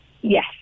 Yes